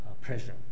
pressure